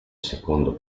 secondo